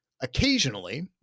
Occasionally